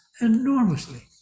enormously